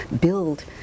build